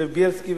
זאב בילסקי,